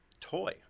toy